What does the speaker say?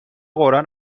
قرآن